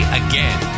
again